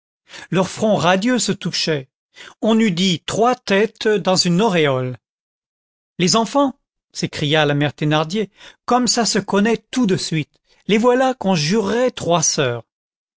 leurs fronts radieux se touchaient on eût dit trois têtes dans une auréole les enfants s'écria la mère thénardier comme ça se connaît tout de suite les voilà qu'on jurerait trois soeurs